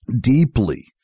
deeply